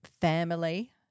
family